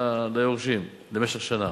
ליורשים, למשך שנה.